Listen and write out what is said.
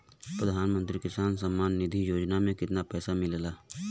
प्रधान मंत्री किसान सम्मान निधि योजना में कितना पैसा मिलेला?